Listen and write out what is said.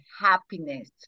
happiness